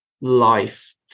life